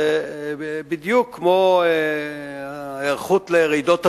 זה בדיוק כמו ההיערכות לרעידות אדמה,